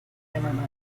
zimmerman